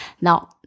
Now